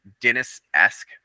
Dennis-esque